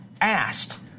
asked